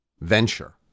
venture